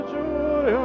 joy